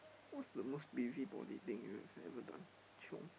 what's the most busybody thing you've ever done chiong